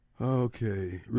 Okay